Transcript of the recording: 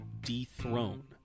dethrone